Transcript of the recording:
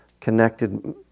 connected